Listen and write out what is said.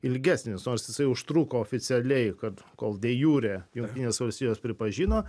ilgesnis nors jisai užtruko oficialiai kad kol de jure jungtinės valstijos pripažino